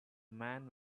man